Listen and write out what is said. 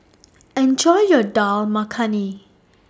Enjoy your Dal Makhani